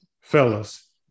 fellas